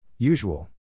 Usual